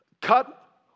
Cut